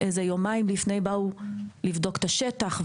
יומיים קודם לכן הגיעו כדי לבדוק את השטח,